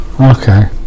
Okay